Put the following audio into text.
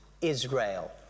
Israel